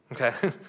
okay